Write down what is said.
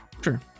Sure